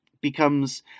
becomes